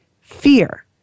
fear